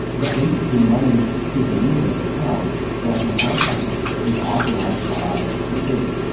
but basically money is a unit of account that, in our case, is authorized by the state.